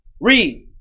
Read